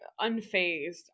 unfazed